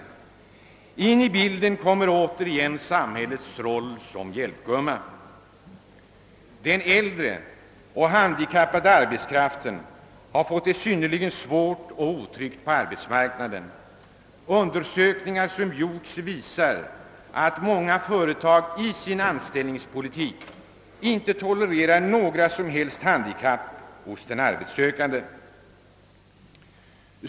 In i bilden kommer återigen samhällets roll som hjälpgumma. Den äldre och handikappade arbetskraften har fått det synnerligen svårt och otryggt på arbetsmarknaden. Undersökningar som gjorts visar att många företag i sin anställningspolitik inte tolererar några som helst handikapp hos den arbetssökande.